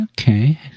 okay